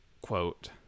quote